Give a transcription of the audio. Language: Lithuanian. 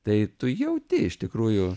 tai tu jauti iš tikrųjų